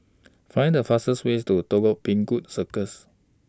Find The fastest ways to Telok Paku Circus